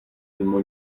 mimo